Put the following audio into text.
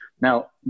Now